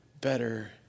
better